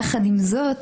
יחד עם זאת,